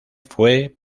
fue